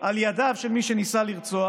על ידיו של מי שניסה לרצוח,